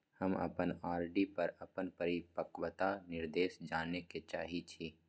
हम अपन आर.डी पर अपन परिपक्वता निर्देश जाने के चाहि छी